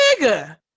nigga